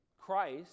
Christ